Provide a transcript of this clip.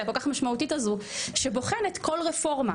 הכל כך משמעותית הזו שבוחנת כל רפורמה,